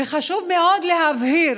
וחשוב מאוד להבהיר: